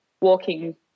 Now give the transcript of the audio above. walking